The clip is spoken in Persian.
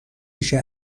میشه